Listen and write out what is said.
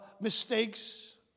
mistakes